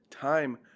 Time